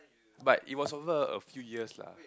but it was over a few years lah